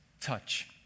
touch